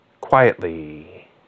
quietly